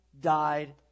died